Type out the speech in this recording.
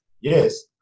yes